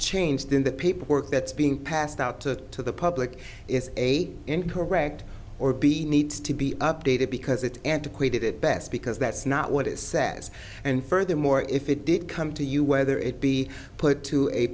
changed in the paperwork that's being passed out to to the public is a incorrect or b needs to be updated because it's antiquated at best because that's not what it says and furthermore if it did come to you whether it be put to a